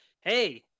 hey